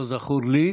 לא זכור לי,